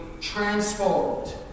transformed